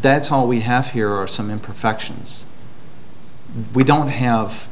that's all we have here are some imperfections we don't have